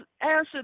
answer